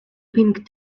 pink